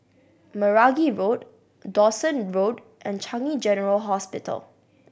Meragi Road Dawson Road and Changi General Hospital